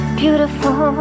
beautiful